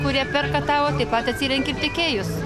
kurie perka tau taip pat atsirenki tiekėjus